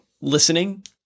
listening